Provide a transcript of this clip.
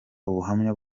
ubuhamya